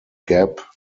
gap